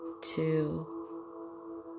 two